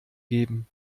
geben